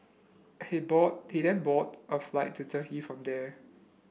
he board he then boarded a flight to Turkey from there